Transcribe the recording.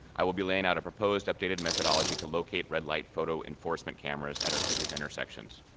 i will be laying out a proposed updated methodology to locate red light photo enforcement cameras at our city's intersections.